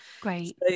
great